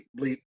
bleep